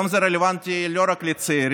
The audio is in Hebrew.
היום זה רלוונטי לא רק לצעירים,